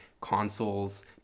consoles